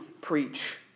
preach